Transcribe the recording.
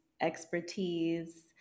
expertise